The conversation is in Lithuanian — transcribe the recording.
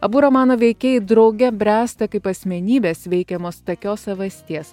abu romano veikėjai drauge bręsta kaip asmenybės veikiamos takios savasties